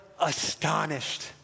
astonished